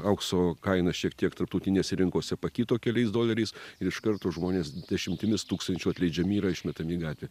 aukso kaina šiek tiek tarptautinėse rinkose pakito keliais doleriais ir iš karto žmonės dešimtimis tūkstančių atleidžiami yra išmetami į gatvę